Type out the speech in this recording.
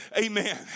Amen